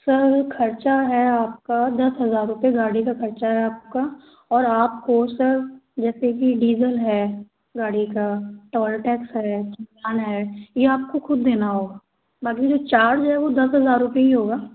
sir खर्चा है आपका दस हजार रुपए गाड़ी का खर्चा है आपका और आपको सर जैसे कि डीजल है गाड़ी का टोल टैक्स है खाना है ये आपको खुद देना होगा बाकी जो चार्ज है वो दस हजार रुपए ही होगा